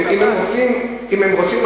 אם הם רוצים אנשים,